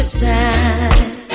side